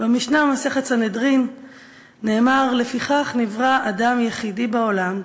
במשנה במסכת סנהדרין נאמר: לפיכך נברא אדם יחידי בעולם,